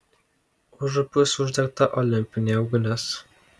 užupiuos uždegta olimpinė ugnis